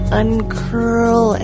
uncurl